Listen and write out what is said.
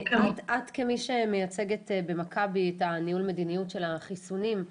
את כמי שמייצגת במכבי את ניהול המדיניות של החיסונים,